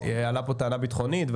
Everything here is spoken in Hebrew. עלתה פה טענה ביטחונית,